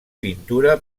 pintura